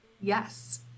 Yes